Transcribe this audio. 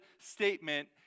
statement